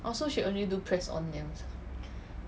orh so she only do press on nails